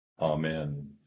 Amen